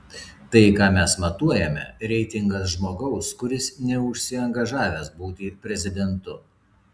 tai ką mes matuojame reitingas žmogaus kuris neužsiangažavęs būti prezidentu